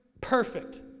perfect